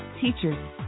teachers